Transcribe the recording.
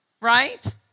Right